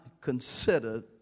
considered